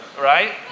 right